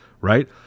right